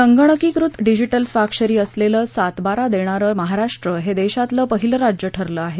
संगणकीकृत डिजीटल स्वाक्षरी असलेला सातबारा देणारं महाराष्ट्र हे देशातलं पहिलं राज्य ठरलं आहे